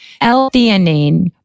L-theanine